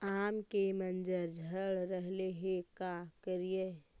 आम के मंजर झड़ रहले हे का करियै?